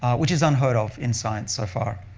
which is unheard of in science so far.